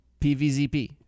PVZP